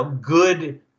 good